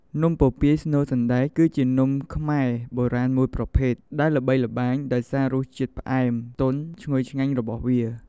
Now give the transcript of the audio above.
នំពពាយស្នូលសណ្តែក គឺជានំខ្មែរបុរាណមួយប្រភេទដែលល្បីល្បាញដោយសាររសជាតិផ្អែម ទន់ ឈ្ងុយឆ្ងាញ់ របស់វា។